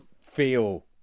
feel